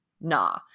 nah